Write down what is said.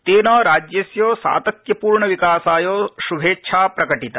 तेन राज्यस्य सातत्यपूर्णविकासाय श्भेच्छा प्रकटिता